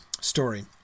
story